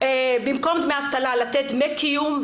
במקום דמי אבטלה לתת דמי קיום,